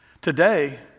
Today